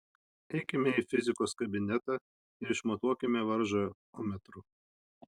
eikime į fizikos kabinetą ir išmatuokime varžą ommetru